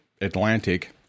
Atlantic